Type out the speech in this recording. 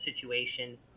situation